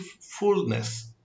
fullness